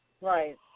Right